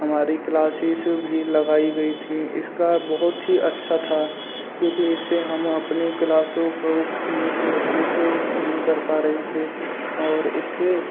हमारी क्लासिस भी लगाई गई थी इसका बहुत ही अच्छा था क्योंकि हम इससे अपने क्लासों को मिस मिस नहीं कर पा रहे थे और इससे